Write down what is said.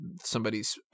somebody's